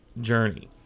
journey